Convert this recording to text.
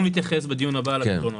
נתייחס בדיון הבא לפתרונות.